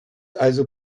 also